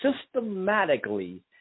systematically